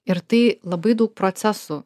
ir tai labai daug procesų